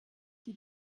die